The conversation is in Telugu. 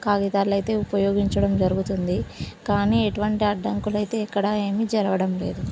కాగితాలు అయితే ఉపయోగించడం జరుగుతుంది కానీ ఎటువంటి అడ్డంకులు అయితే ఎక్కడ ఏమి జరగడం లేదు